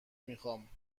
میخام